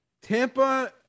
Tampa